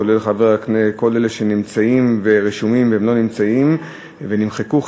כולל כל אלה שרשומים והם לא נמצאים ונמחקו.